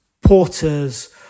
porters